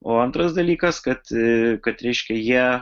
o antras dalykas kad kad reiškia jie